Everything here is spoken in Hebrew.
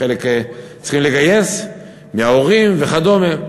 חלק צריכים לגייס מההורים וכדומה.